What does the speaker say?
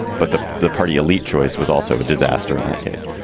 but the the party elite choice was also a disaster in that case.